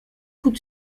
coup